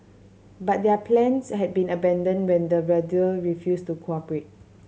but their plans had to be abandoned when the weather refused to cooperate